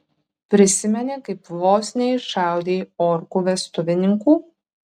prisimeni kaip vos neiššaudei orkų vestuvininkų